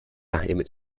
emmett